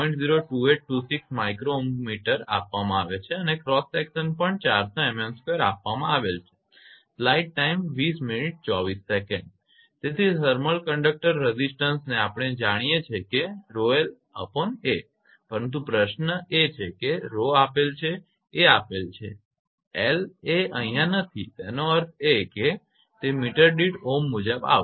02826 𝜇Ω−mt આપવામાં આવેલ છે અને ક્રોસ સેક્શન પણ 400 𝑚𝑚2 આપવામાં આવેલ છે તેથી થર્મલ કંડક્ટર રેઝિસ્ટન્સને આપણે જાણીએ છીએ કે 𝜌𝑙 𝐴 પરંતુ પ્રશ્ન એ છે કે 𝜌 આપેલ છે અને A આપેલ છે l એ અહીંયા નથી તેનો અર્થ એ કે તે મીટર દીઠ ઓહમ મુજબ આવશે